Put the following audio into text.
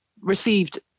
received